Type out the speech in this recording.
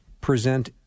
present